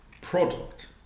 product